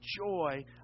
joy